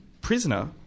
prisoner